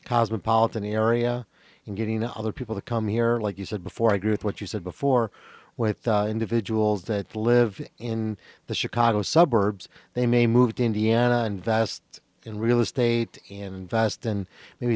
cosmopolitan area and getting other people to come here like you said before i agree with what you said before with individuals that live in the chicago suburbs they may move to indiana and in real estate in vast and maybe